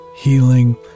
healing